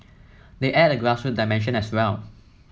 they add a grassroots dimension as well